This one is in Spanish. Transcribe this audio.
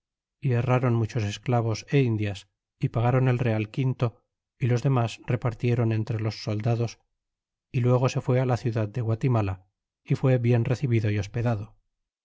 y herrron muchos esclavos é indias y pagron el real quinto y los demas repartiéron entre los soldados y luego se fué la ciudad de guatimala y fuó bien recebido y hospedado